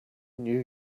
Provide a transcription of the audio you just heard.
new